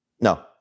No